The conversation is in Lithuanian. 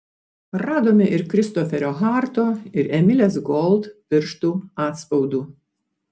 radome ir kristoferio harto ir emilės gold pirštų atspaudų